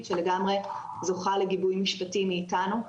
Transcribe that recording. שלגמרי זוכה לגיבוי משפטי מאיתנו.